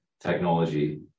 technology